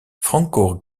franco